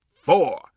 four